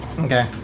Okay